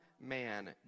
man